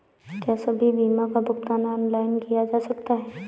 क्या सभी बीमा का भुगतान ऑनलाइन किया जा सकता है?